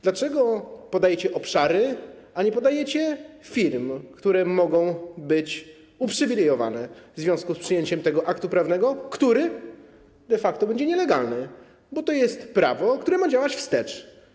Dlaczego podajecie obszary, a nie podajecie firm, które mogą być uprzywilejowane w związku z przyjęciem tego aktu prawnego, który de facto będzie nielegalny, bo to jest prawo, które ma działać wstecz.